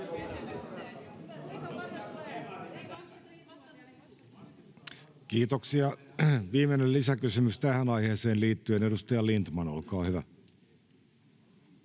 Kiitoksia. — Viimeinen lisäkysymys tähän aiheeseen liittyen, edustaja Lindtman, olkaa hyvä.